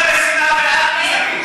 ואת גזענית.